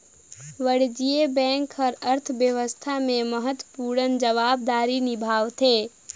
वाणिज्य बेंक हर अर्थबेवस्था में महत्वपूर्न जवाबदारी निभावथें